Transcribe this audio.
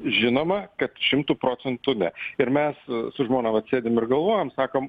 žinoma kad šimtu procentų ne ir mes su žmona vat sėdim ir galvojam sakom